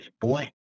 boy